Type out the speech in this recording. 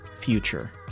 future